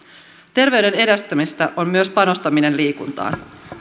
terveyden edistämistä on myös panostaminen liikuntaan